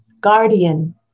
guardian